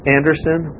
Anderson